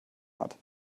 hat